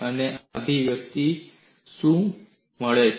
અને તમને આ અભિવ્યક્તિમાં શું મળે છે